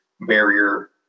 barrier